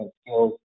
skills